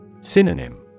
Synonym